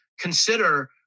Consider